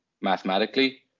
mathematically